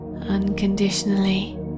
unconditionally